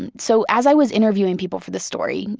and so as i was interviewing people for this story,